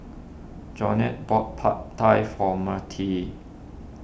Jeane bought Pad Thai for Mertie